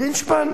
גרינשפן?